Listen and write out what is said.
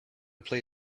play